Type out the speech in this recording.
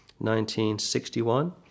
1961